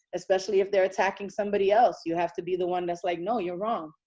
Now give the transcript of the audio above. especially if they're attacking somebody else. you have to be the one that's like, no, you're wrong,